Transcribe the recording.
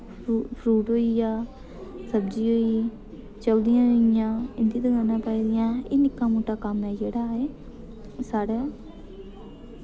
फ्रू fruit होई गेआ सब्जी होई चपलियां होई गेइयां इं'दी दकानां पाइदियां एह् निक्का मोट्टा कम्म ऐ जेह्ड़ा ए साढ़ै